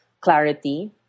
clarity